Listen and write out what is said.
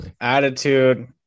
attitude